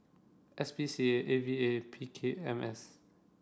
S P C A A V A P K M S